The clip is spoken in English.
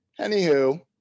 Anywho